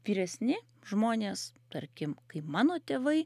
vyresni žmonės tarkim kaip mano tėvai